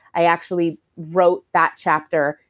i actually wrote that chapter.